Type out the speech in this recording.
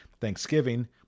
Thanksgiving